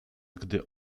gdy